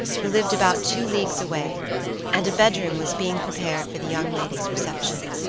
who lived about two leagues away and a bedroom was being prepared for the young lady's reception.